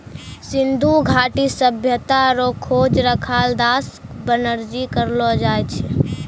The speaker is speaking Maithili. सिन्धु घाटी सभ्यता रो खोज रखालदास बनरजी करलो छै